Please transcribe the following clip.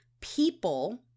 People